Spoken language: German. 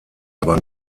aber